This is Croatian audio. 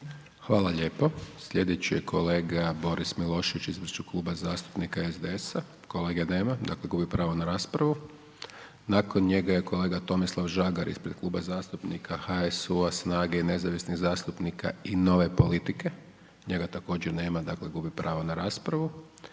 Hvala lijepo. Slijedeći je kolega Boris Milošević ispred Kluba zastupnika SDSS-a, kolege nema, dakle gubi pravo na raspravu. Nakon njega je kolega Tomislav Žagar ispred Klub zastupnika HUSU-a, SNAGA-e i nezavisnih zastupnika i Nove politike, njega također nema, dakle gubi pravo na raspravu.